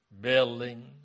building